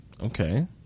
Okay